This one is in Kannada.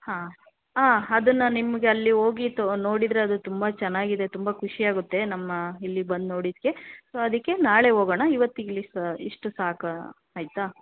ಹಾಂ ಹಾಂ ಅದನ್ನು ನಿಮಗೆ ಅಲ್ಲಿ ಹೋಗಿ ತೋ ನೋಡಿದರೆ ಅದು ತುಂಬ ಚೆನ್ನಾಗಿದೆ ತುಂಬ ಖುಷಿ ಆಗುತ್ತೆ ನಮ್ಮ ಇಲ್ಲಿ ಬಂದು ನೋಡಿದ್ಕೆ ಸೊ ಅದಕ್ಕೆ ನಾಳೆ ಹೋಗೋಣ ಇವತ್ತಿಗೆ ಇಲ್ಲಿ ಸ ಇಷ್ಟು ಸಾಕು ಆಯಿತಾ